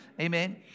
Amen